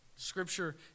Scripture